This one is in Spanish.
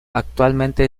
actualmente